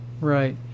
right